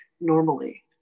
normally